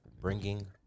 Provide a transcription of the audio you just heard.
Bringing